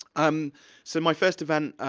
um so my first event,